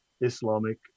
Islamic